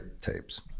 tapes